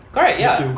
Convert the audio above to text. correct ya